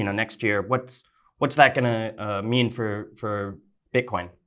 and next year. what's what's that going to mean for for bitcoin?